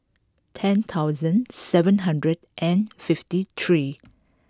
ten thousand seven hundred and fifty three